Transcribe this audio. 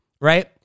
right